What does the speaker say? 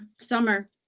Summer